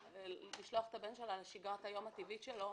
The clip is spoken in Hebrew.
לשלוח את הבן שלה לשגרת היום הטבעית שלו,